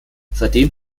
seitdem